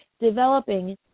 developing